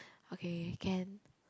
okay can